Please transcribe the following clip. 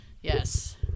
Yes